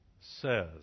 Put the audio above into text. says